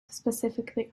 specifically